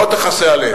לא תכסה עליה.